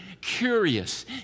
curious